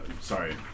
sorry